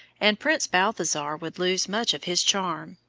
and prince balthasar would lose much of his charm,